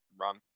run